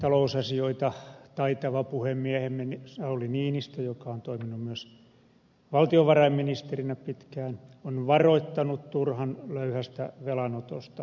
meidän talousasioita taitava puhemiehemme sauli niinistö joka on toiminut myös valtiovarainministerinä pitkään on varoittanut turhan löyhästä velanotosta